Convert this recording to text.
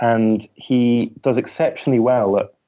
and he does exceptionally well at